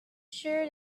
sure